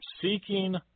seeking